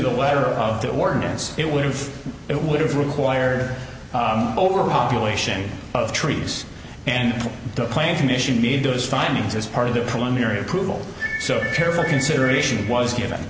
the letter of the ordinance it would have it would have required overpopulation of trees and the plant commission made those findings as part of the preliminary approval so careful consideration was given